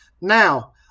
Now